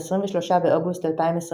23 באוגוסט 2023